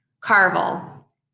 Carvel